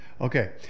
Okay